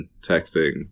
texting